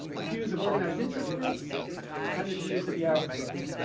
the views of organized interest groups and the views of the average voter.